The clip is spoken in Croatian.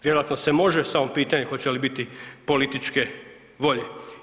Vjerojatno se može, samo je pitanje hoće li biti političke volje.